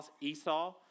Esau